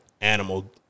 animal